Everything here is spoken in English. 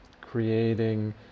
creating